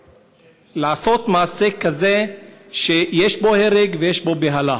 לעשות מעשה כזה שיש בו הרג ויש בו בהלה?